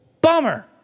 Bummer